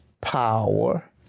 power